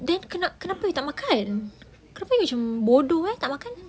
then kenapa kenapa you tak makan kenapa you macam bodoh eh tak makan